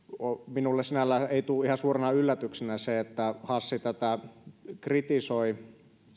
minulle sinällään ei tule ihan suurena yllätyksenä se että hassi tätä kritisoi